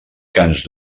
cants